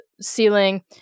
ceiling